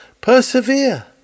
persevere